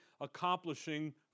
accomplishing